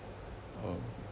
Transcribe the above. uh